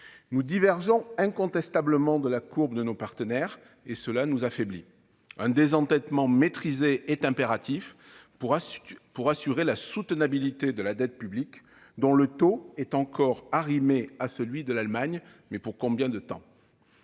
Nous divergeons incontestablement de la courbe de nos partenaires, et cela nous affaiblit. Un désendettement maîtrisé est impératif pour assurer la soutenabilité de notre dette publique. Certes, son taux est encore arrimé à celui de l'Allemagne, mais pour combien de temps ?